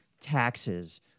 taxes